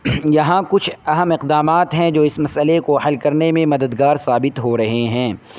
یہاں کچھ اہم اقدامات ہیں جو اس مسٔلے کو حل کرنے میں مددگار ثابت ہو رہے ہیں